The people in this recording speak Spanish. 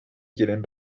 quieren